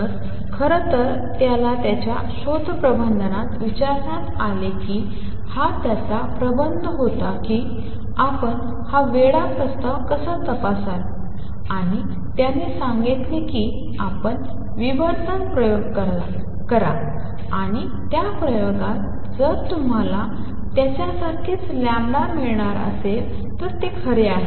तर खरं तर त्याला त्याच्या शोधप्रबंधात विचारण्यात आले की हा त्याचा प्रबंध होता की आपण हा वेडा प्रस्ताव कसा तपासाल आणि त्याने सांगितले की आपण विवर्तन प्रयोग करा आणि त्या प्रयोगात जर तुम्हाला त्याच्यासारखेच मिळाल्यास तर ते खरे आहे